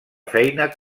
feina